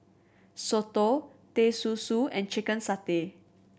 soto Teh Susu and chicken satay